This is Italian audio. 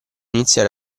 iniziare